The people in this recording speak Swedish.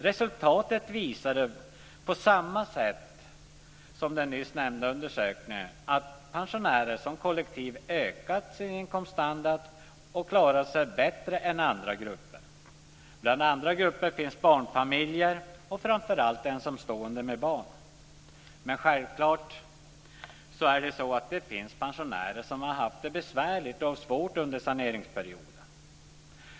Resultatet visar, på samma sätt som den nyss nämnda undersökningen, att pensionärerna som kollektiv ökat sin inkomststandard och klarat sig bättre än andra grupper, t.ex. barnfamiljer och framför allt ensamstående med barn. Men det finns självfallet pensionärer som har haft det svårt under saneringsperioden.